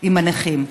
עם הנכים.